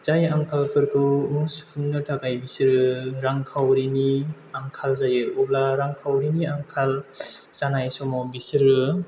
जाय आंखालफोरखौ सुफुंनो थाखाय बिसोरो रांखावरिनि आंखाल जायो अब्ला रांखावरिनि आंखाल जानाय समाव बिसोरो